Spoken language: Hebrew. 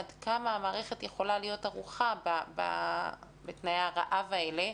עד כמה המערכת יכולה להיות ערוכה בתנאי הרעב האלה,